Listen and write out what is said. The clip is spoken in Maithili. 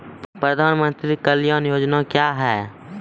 प्रधानमंत्री कल्याण योजना क्या हैं?